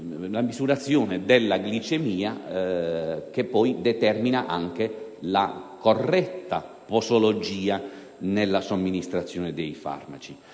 misurazione della glicemia, cosa che poi determina una corretta posologia nella somministrazione dei farmaci.